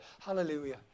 Hallelujah